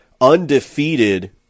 undefeated